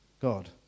God